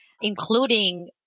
including